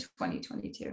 2022